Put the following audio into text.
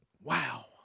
Wow